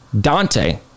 Dante